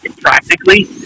practically